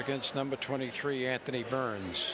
against number twenty three anthony burns